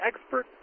expert